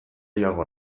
joango